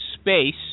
space